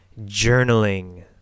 journaling